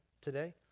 today